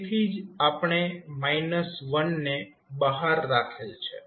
તેથી જ આપણે 1 ને બહાર કરેલ છે